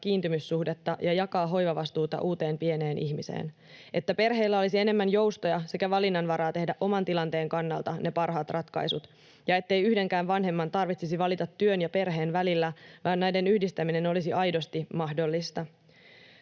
kiintymyssuhdetta ja jakaa hoivavastuuta uuteen pieneen ihmiseen, että perheellä olisi enemmän joustoja sekä valinnanvaraa tehdä oman tilanteensa kannalta parhaat ratkaisut ja ettei yhdenkään vanhemman tarvitsisi valita työn ja perheen välillä, vaan näiden yhdistäminen olisi aidosti mahdollista.